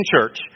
church